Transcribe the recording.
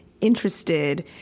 interested